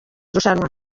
rushanwa